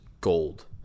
gold